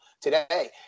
today